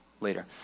later